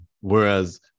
whereas